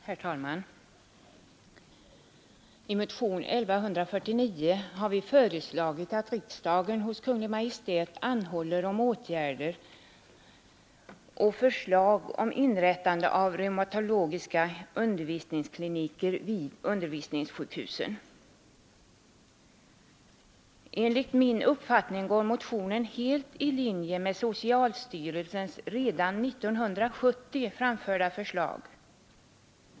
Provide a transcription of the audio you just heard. Herr talman! I motionen 1149 föreslås att riksdagen hos Kungl. Maj:t anhåller om åtgärder och förslag om inrättande av reumatologiska undervisningskliniker vid undervisningssjukhusen. Enligt min uppfattning går motionen helt i linje med socialstyrelsens redan 1970 framförda förslag.